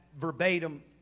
verbatim